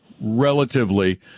relatively